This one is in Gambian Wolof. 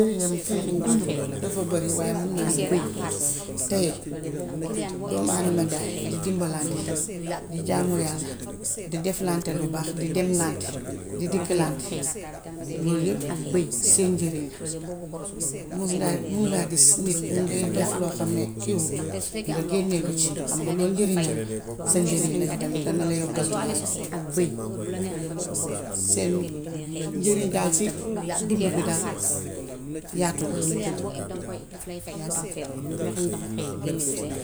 Njëriñam si dund bi dafa bari waaye mun naa see wax lu tuuti. Tay doom aadama njaay di dimbalante, di jaamu yàlla, di defalaante lu baax, di demlaante, di dikklaante, yooy yépp seen njëriñ la. Mus ngaa mun ngaa gis nit mu ngee def loo xam ne kiiwut, nga génnee ko ci. Xam nga loolu njëriñam la. Sa njërin la yaw tamit dana la yokkal ca yàlla. Seen njëriñ daal si dundu bi daal yaatu na yaatu na.